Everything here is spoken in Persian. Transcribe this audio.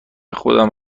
خودم